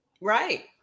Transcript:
Right